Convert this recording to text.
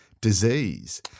disease